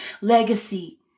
legacy